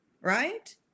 right